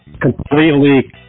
Completely